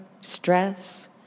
stress